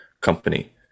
company